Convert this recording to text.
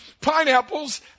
pineapples